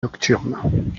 nocturne